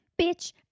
Bitch